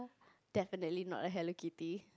definitely not a Hello Kitty